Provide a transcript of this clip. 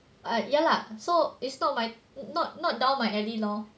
but ya lah so it's not my not down my alley lor